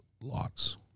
lots